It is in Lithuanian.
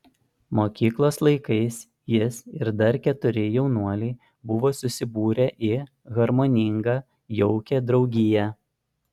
mokyklos laikais jis ir dar keturi jaunuoliai buvo susibūrę į harmoningą jaukią draugiją